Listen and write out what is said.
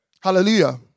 Hallelujah